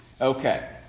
Okay